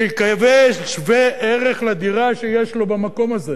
שיקבל שווה-ערך לדירה שיש לו במקום הזה.